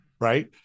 right